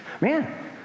Man